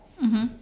mmhmm